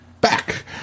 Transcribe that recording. back